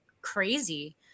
crazy